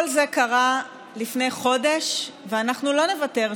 כל זה קרה לפני חודש, ואנחנו לא נוותר.